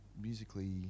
musically